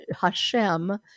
Hashem